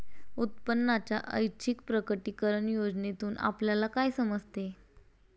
उत्पन्नाच्या ऐच्छिक प्रकटीकरण योजनेतून आपल्याला काय समजते?